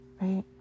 right